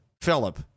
Philip